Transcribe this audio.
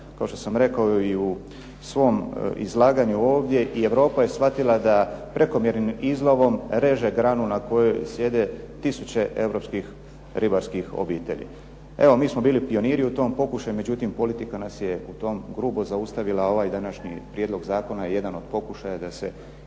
kao što sam rekao i u svom izlaganju ovdje i Europa je shvatila da prekomjernim izlovom reže granu na kojoj sjede tisuće europskih ribarskih obitelji. Evo, mi smo bili pioniri u tom pokušaju međutim politika nas je u tom grubo zaustavila, a ovaj današnji prijedlog zakona je jedan od pokušaja da se